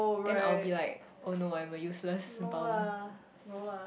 then I'll be like oh no I'm a useless bump